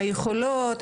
היכולות,